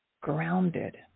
grounded